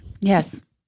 Yes